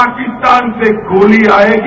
पाकिस्तान से गोली आएगी